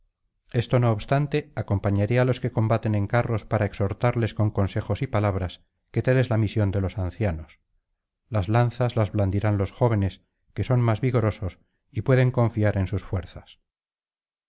esto no obstante acompañaré á los que combaten en carros para exhortarles con consejos y palabras que tal es la misión de los ancianos las lanzas las blandirán los jóvenes que son más vigorosos y pueden confiar en sus fuerzas